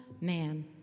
man